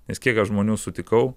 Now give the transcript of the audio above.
nes kiek aš žmonių sutikau